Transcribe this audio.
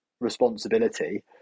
responsibility